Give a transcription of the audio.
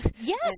Yes